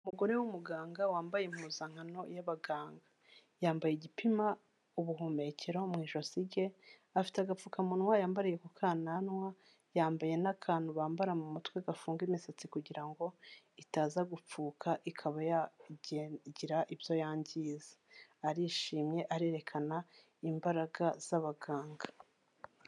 Umugore w'umuganga wambaye impuzankano y'abaganga, yambaye igipima ubuhumekero mu ijosi rye, afite agapfukamunwayi yambariye ku kananwa, yambaye n'akantu bambara mu mutwe gafunga imisatsi kugira ngo itaza gupfuka ikaba yagira ibyo yangiza, arishimye, arerekana imbaraga z'abaganga.